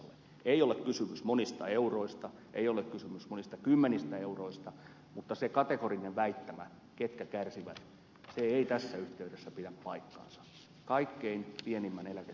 ei ole kysymys monista euroista ei ole kysymys monista kymmenistä euroista mutta se kategorinen väittämä ketkä kärsivät ei tässä yhteydessä pidä paikkaansa